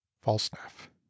falstaff